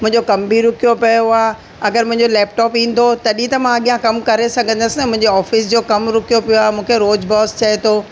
मुंहिंजो कम बि रुकियो पयो आहे अगरि मुंहिंजो लेपटॉप ईंदो तॾहिं त मां अॻियां कम करे सघंदसि न मुंहिंजे ऑफ़िस जो कम रुकियो पियो आहे मूंखे रोज़ बॉस चए थो